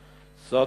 זאת,